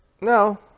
No